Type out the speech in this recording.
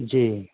جی